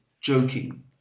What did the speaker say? joking